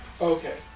Okay